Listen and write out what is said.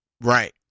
Right